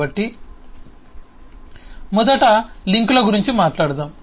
కాబట్టి మొదట లింకుల గురించి మాట్లాడుదాం